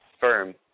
firm